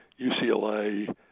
UCLA